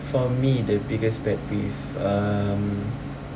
for me the biggest pet peeve um